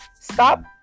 Stop